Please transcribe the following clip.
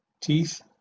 Teeth